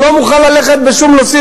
הוא לא מוכן ללכת, בשום נושא.